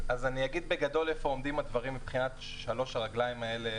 אז אני אגיד בגדול איפה עומדים הדברים מבחינת שלוש הרגליים האלה,